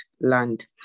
land